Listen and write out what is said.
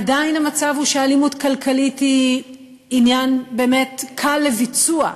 עדיין המצב הוא שאלימות כלכלית היא עניין קל לביצוע,